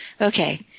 okay